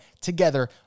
together